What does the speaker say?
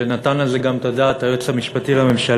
ונתן על זה את הדעת גם היועץ המשפטי לממשלה,